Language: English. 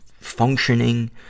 functioning